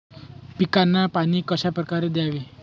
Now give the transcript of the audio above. पिकांना पाणी कशाप्रकारे द्यावे?